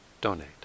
donate